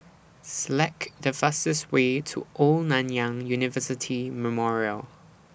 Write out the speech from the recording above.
Select The fastest Way to Old Nanyang University Memorial